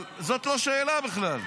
זאת לא שאלה בכלל.